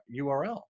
URL